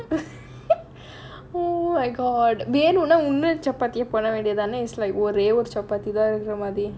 oh my god வேணுனா இன்னொரு சப்பாத்திய பண்ண வேண்டியதுதானே:venunaa innoru chappathiya panna vendiyathuthaanae is like ஒரே ஒரு சப்பாத்திதா இருக்கற மாரி:orae oru chappathi thaa irukkara maari